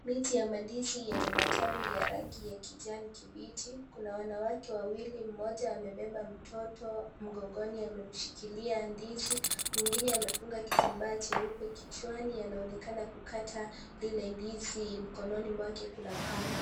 Miti ya mandizi yenye matawi ya rangi ya kijani kibichi. Kuna wanawake wawili, mmoja amebeba mtoto mgongoni ameshikilia ndizi, mwingineamefunga kitambaa jeupe kichwani. Anaonekana kukata lile ndizi mkononi mwake kuna panga.